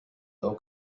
low